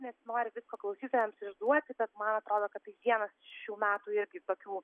nesinori visko klausytojams išduoti bet man atrodo kad tai vienas iš šių metų irgi tokių